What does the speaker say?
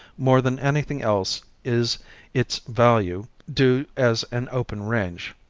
more than anything else is its value due as an open range.